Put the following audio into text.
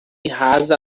rasa